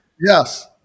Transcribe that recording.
Yes